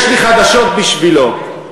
יש לי חדשות בשבילו: